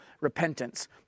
repentance